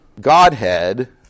Godhead